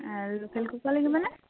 local কুকুৰা লাগিবনে